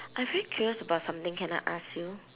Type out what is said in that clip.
I very curious about something can I ask you